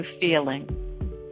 feeling